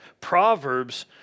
Proverbs